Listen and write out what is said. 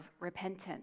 repentance